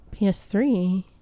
PS3